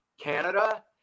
Canada